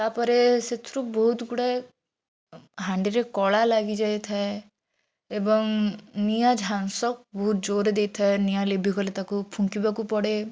ତା'ପରେ ସେଥିରୁ ବହୁତ ଗୁଡ଼ାଏ ହାଣ୍ଡିରେ କଳା ଲାଗିଯାଇଥାଏ ଏବଂ ନିଆଁ ଝାସଁ ବହୁତ ଜୋରରେ ଦେଇଥାଏ ନିଆଁ ଲିଭିଗଲେ ତାକୁ ଫୁଙ୍କିବାକୁ ପଡ଼େ